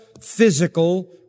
physical